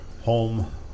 home